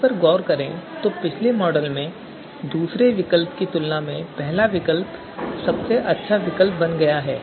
इस पर गौर करें तो पिछले मॉडल में दूसरे विकल्प की तुलना में पहला विकल्प सबसे अच्छा विकल्प बन गया है